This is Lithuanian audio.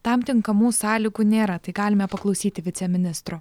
tam tinkamų sąlygų nėra tai galime paklausyti viceministro